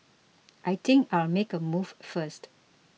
I think I'll make a move first